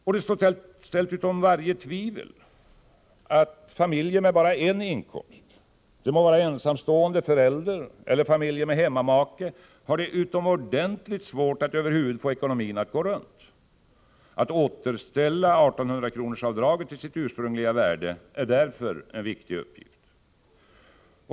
Och det står ställt utom varje tvivel att familjer med bara en inkomst, det må vara ensamstående föräldrar eller familjer med hemmamake, har det utomordentligt svårt att över huvud taget få ekonomin att gå runt. Att återställa 1 800-kronorsavdraget till sitt ursprungliga värde är därför en viktig uppgift.